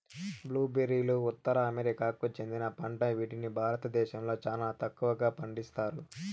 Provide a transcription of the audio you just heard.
blue బెర్రీలు ఉత్తర అమెరికాకు చెందిన పంట వీటిని భారతదేశంలో చానా తక్కువగా పండిస్తన్నారు